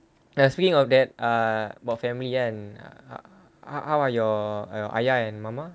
ah speaking of that err about family kan how how are you err ayah and mama